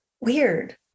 weird